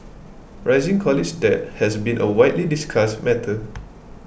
rising college debt has been a widely discussed matter